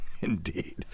indeed